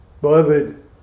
beloved